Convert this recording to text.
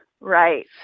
right